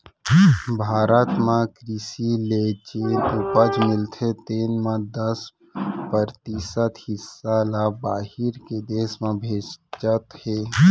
भारत म कृसि ले जेन उपज मिलथे तेन म दस परतिसत हिस्सा ल बाहिर के देस में भेजत हें